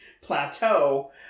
plateau